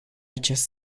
acest